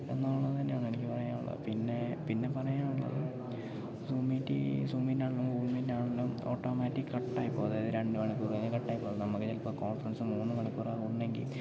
എന്നുള്ളതു തന്നെയാണെനിക്ക് പറയാനുള്ളത് പിന്നെ പിന്നെ പറയാനുള്ളത് സൂം മീറ്റ് സൂം മീറ്റാണെങ്കിലും ഗൂഗിൾ മീറ്റാണെങ്കിലും ഓട്ടോമാറ്റിക്ക് കട്ടായി പോകും അതായത് രണ്ട് മണിക്കൂർ കഴിഞ്ഞാൽ കാട്ടായിപ്പോകും നമുക്ക് ചിലപ്പോൾ കോൺഫെറൻസ് മൂന്ന് മണിക്കൂറൊക്കെ ഉണ്ടെങ്കിൽ